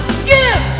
skip